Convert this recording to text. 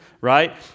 right